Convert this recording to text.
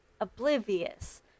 oblivious